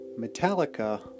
Metallica